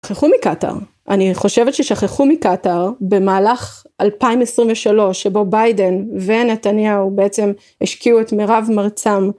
שכחו מקטאר אני חושבת ששכחו מקטאר במהלך אלפיים עשרים ושלוש שבו ביידן ונתניהו בעצם השקיעו את מירב מרצם.